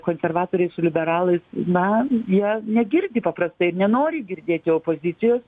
konservatoriai su liberalais na jie negirdi paprastai ir nenori girdėti opozicijos